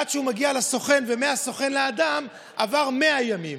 עד שהוא מגיע לסוכן ומהסוכן לאדם, עברו 100 ימים.